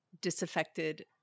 disaffected